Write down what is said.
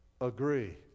agree